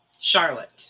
Charlotte